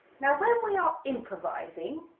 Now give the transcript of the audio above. now when we are improvising,